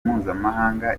mpuzamahanga